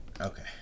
okay